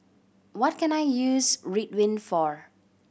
what can I use Ridwind for